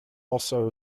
also